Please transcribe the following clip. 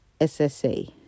SSA